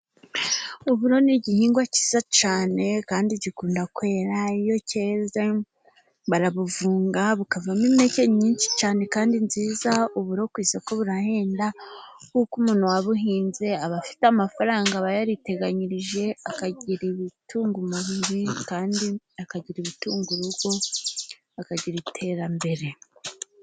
Uburo ni igihingwa cyiza cyane, kandi gikunda kwera, iyo cyeze barabuvunga bukavamo impeke nyinshi cyane kandi nziza, uburo ku isoko burahenda, kuko umuntu wabuhinze aba afite amafaranga, aba yariteganyirije, akagira ibitunga umubiri, kandi akagira ibitunga rugo, akagira iterambere.